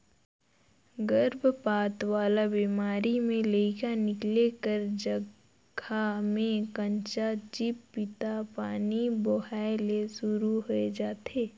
गरभपात वाला बेमारी में लइका निकले कर जघा में कंचा चिपपिता पानी बोहाए ले सुरु होय जाथे